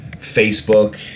Facebook